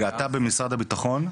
אתה במשרד הבטחון,